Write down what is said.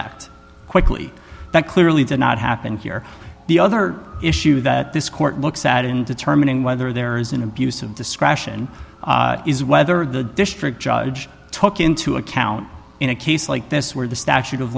defect quickly that clearly did not happen here the other issue that this court looks at in determining whether there is an abuse of discretion is whether the district judge took into account in a case like this where the statute of